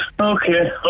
Okay